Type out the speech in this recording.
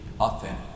authentic